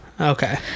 Okay